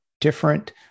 different